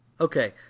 Okay